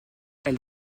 elle